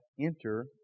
enter